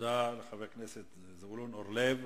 תודה לחבר הכנסת זבולון אורלב.